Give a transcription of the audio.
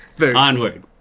Onward